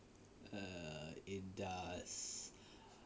err it does